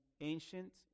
ancient